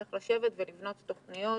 צריך לשבת ולבנות את התוכניות.